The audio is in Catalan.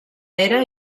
era